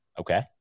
Okay